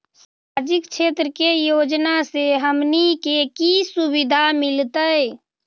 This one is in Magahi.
सामाजिक क्षेत्र के योजना से हमनी के की सुविधा मिलतै?